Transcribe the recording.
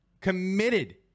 committed